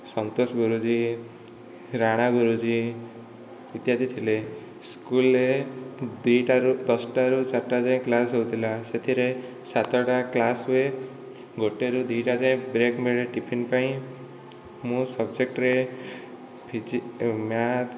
ସନ୍ତୋଷ ଗୁରୁଜୀ ରାଣା ଗୁରୁଜୀ ଇତ୍ୟାଦି ଥିଲେ ସ୍କୁଲରେ ଦୁଇ ଟାରୁ ଦଶଟା ରୁ ଚାରିଟା ଯାଏଁ କ୍ଳାସ ହେଉଥିଲା ସେଥିରେ ସାତଟା କ୍ଲାସ ହୁଏ ଗୋଟେ ରୁ ଦୁଇଟା ଯାଏଁ ବ୍ରେକ ମିଳେ ଟିଫିନ ପାଇଁ ମୋ ସବ୍ଜେକ୍ଟରେ ଫିଜି ମ୍ୟାଥ